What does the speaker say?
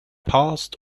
past